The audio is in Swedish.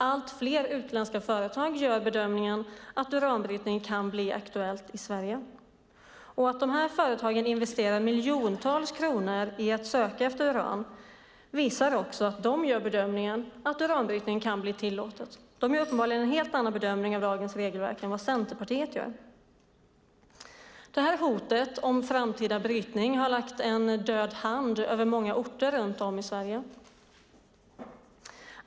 Allt fler utländska företag gör bedömningen att uranbrytning kan bli aktuellt i Sverige. Att de här företagen investerar miljontals kronor i att söka efter uran visar också att de gör bedömningen att uranbrytning kan bli tillåten. De gör uppenbarligen en helt annan bedömning av dagens regelverk än vad Centerpartiet gör. Hotet om framtida brytning har lagt en död hand över många orter runt om i Sverige.